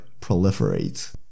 proliferate